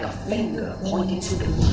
ah finger pointing to the